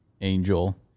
Angel